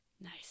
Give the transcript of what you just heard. Nice